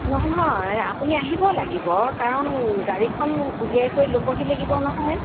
নহয় নহয় আপুনি আহিব লাগিব কাৰণ গাড়ীখন উলিয়াই কৰি ল'বহি লাগিব নহয়